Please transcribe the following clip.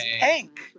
pink